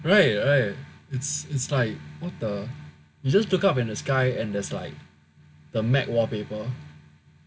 right right it's it's like what the you just look up in the sky and there's like the MAC wallpaper